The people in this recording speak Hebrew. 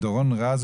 דורון רז,